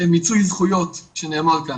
מיצוי זכויות שנאמר כאן.